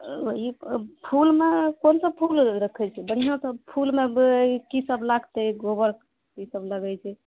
ओ ई फूलमे कोन कोन फूल रखए छी बढ़िआँ सब फूलमे की सब लागतै गोबर जे सब लगैत छै